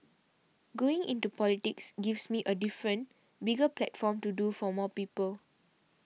going into politics gives me a different bigger platform to do for more people